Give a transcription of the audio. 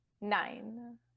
Nine